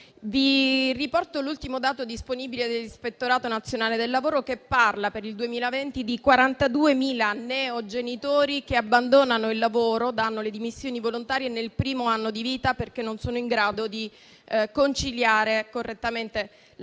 Riporto l'ultimo dato disponibile dell'Ispettorato nazionale del lavoro, che parla, per il 2020, di 42.000 neogenitori che abbandonano il lavoro, danno le dimissioni volontarie nel primo anno di vita del figlio, perché non sono in grado di conciliare correttamente